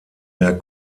der